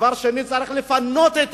דבר שני, צריך לפנות את